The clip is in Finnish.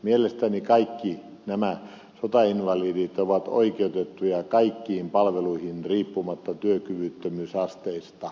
mielestäni kaikki nämä sotainvalidit ovat oikeutettuja kaikkiin palveluihin riippumatta työkyvyttömyysasteesta